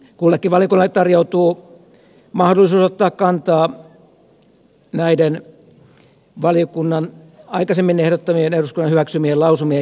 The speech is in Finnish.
kullekin valiokunnalle tarjoutuu mahdollisuus ottaa kantaa näiden valiokunnan aikaisemmin ehdottamien eduskunnan hyväksymien lausumien johdosta